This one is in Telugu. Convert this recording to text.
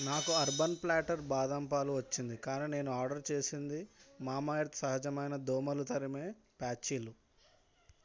నాకు అర్బన్ ప్లాటర్ బాదం పాలు వచ్చింది కానీ నేను ఆర్డర్ చేసింది మామా ఎర్త్ సహజమైన దోమలు తరిమే ప్యాచీలు